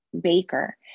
baker